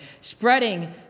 spreading